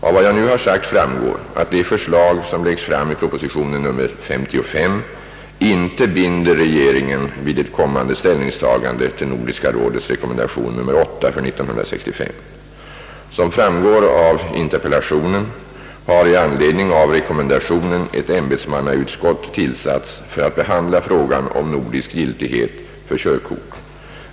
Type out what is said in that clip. Av vad jag nu har sagt framgår, att det förslag som läggs fram i prop. nr 55 inte binder regeringen vid ett kommande ställningstagande till Nordiska rådets rekommendation nr 8/1965. Som framgår av interpellationen har i anledning av rekommendationen ett ämbetsmannautskott tillsatts för att behandla frågan om nordisk giltighet för körkort.